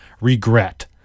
regret